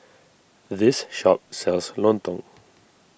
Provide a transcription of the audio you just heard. this shop sells Lontong